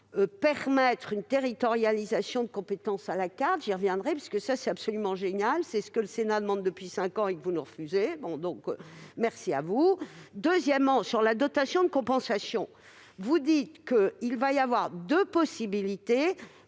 permettre une territorialisation de compétences à la carte, j'y reviendrai, car c'est absolument génial, c'est ce que le Sénat demande depuis cinq ans et que vous lui refusez ... Deuxièmement, sur l'attribution de compensation, vous affirmez qu'il y aura deux possibilités